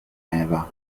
eva